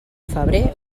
febrer